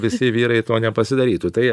visi vyrai to nepasidarytų tai